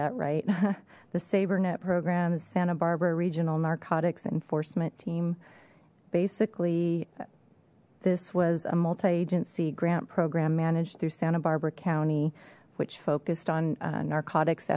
that right the saber net program is santa barbara regional narcotics enforcement team basically this was a multi agency grant program managed through santa barbara county which focused on narcotics